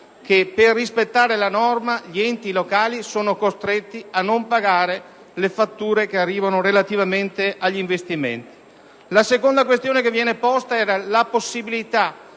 che, per rispettare la norma, gli enti locali siano costretti a non pagare le fatture che arrivano relativamente agli investimenti. La seconda questione che viene posta è la possibilità